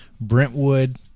Brentwood